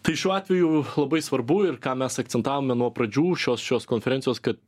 tai šiuo atveju labai svarbu ir ką mes akcentavome nuo pradžių šios šios konferencijos kad